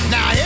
Now